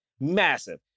massive